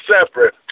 separate